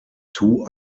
too